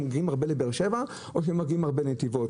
האם הם מגיעים הרבה לבאר שבע או שהם מגיעים הרבה לנתיבות?